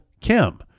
Kim